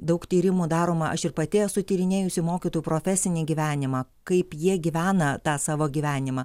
daug tyrimų daroma aš ir pati esu tyrinėjusi mokytojų profesinį gyvenimą kaip jie gyvena tą savo gyvenimą